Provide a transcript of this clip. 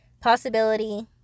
possibility